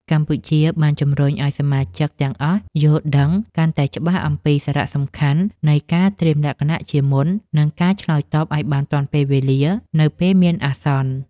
កម្ពុជាបានជំរុញឱ្យសមាជិកទាំងអស់យល់ដឹងកាន់តែច្បាស់អំពីសារៈសំខាន់នៃការត្រៀមលក្ខណៈជាមុន និងការឆ្លើយតបឱ្យបានទាន់ពេលវេលានៅពេលមានអាសន្ន។